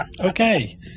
Okay